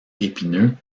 épineux